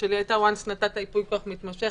שלי הייתה שברגע שנתת ייפוי כוח מתמשך,